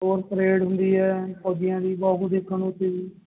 ਔਰ ਪਰੇਡ ਹੁੰਦੀ ਹੈ ਫੌਜੀਆਂ ਦੀ ਬਹੁਤ ਕੁਛ ਦੇਖਣ ਨੂੰ ਉੱਥੇ ਵੀ